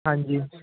ਹਾਂਜੀ